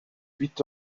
huit